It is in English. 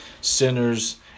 sinners